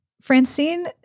francine